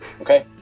okay